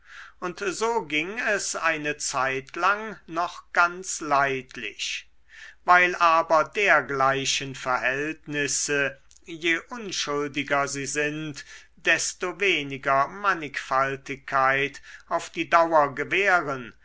und so ging es eine zeitlang noch ganz leidlich weil aber dergleichen verhältnisse je unschuldiger sie sind desto weniger mannigfaltigkeit auf die dauer gewähren